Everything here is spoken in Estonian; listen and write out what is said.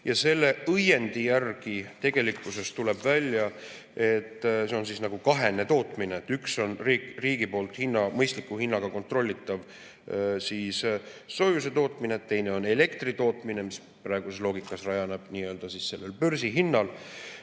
Selle õiendi järgi tegelikult tuleb välja, et see on nagu kahene tootmine: üks on riigi poolt mõistliku hinnaga kontrollitav soojuse tootmine, teine on elektri tootmine, mis praeguses loogikas rajaneb börsihinnal.